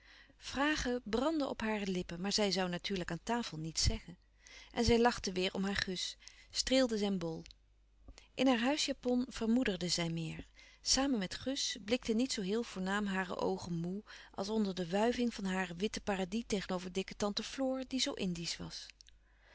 brandden op hare lippen maar zij zoû natuurlijk aan tafel niets zeggen en zij lachte weêr om haar gus streelde zijn bol in haar huisjapon vermoederde zij meer samen met gus blikten niet zoo heel voornaam hare oogen moê als onder de wuiving van haar witten paradis tegenover dikke tante floor die zoo indiesch was